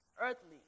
earthly